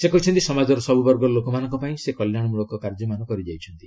ସେ କହିଛନ୍ତି ସମାଜର ସବୁବର୍ଗର ଲୋକମାନଙ୍କ ପାଇଁ ସେ କଲ୍ୟାଣମୂଳକ କାର୍ଯ୍ୟମାନ କରି ଯାଇଛନ୍ତି